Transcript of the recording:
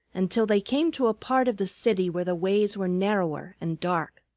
until they came to a part of the city where the ways were narrower and dark.